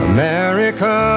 America